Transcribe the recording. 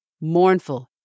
mournful